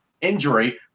injury